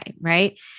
Right